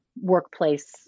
workplace